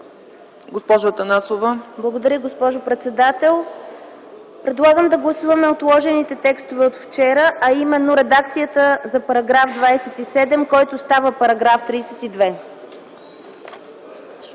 АТАНАСОВА: Благодаря, госпожо председател. Предлагам да гласуваме отложените текстове от вчера, а именно редакцията за § 27, който става § 32.